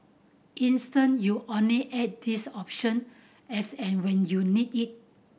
instead you only add this option as and when you need it